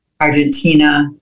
Argentina